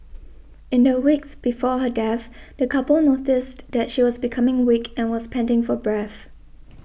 in the weeks before her death the couple noticed that she was becoming weak and was panting for breath